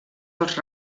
els